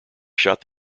shot